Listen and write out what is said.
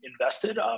invested